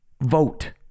vote